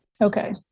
Okay